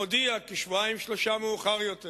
הודיע כשבועיים, שלושה שבועות מאוחר יותר